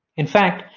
in fact,